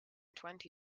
twenty